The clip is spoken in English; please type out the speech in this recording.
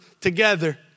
together